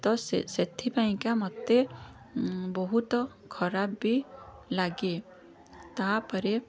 ତ ସେ ସେଥିପାଇଁ ମୋତେ ବହୁତ ଖରାପ ବି ଲାଗେ ତା ପରେ